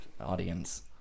audience